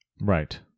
Right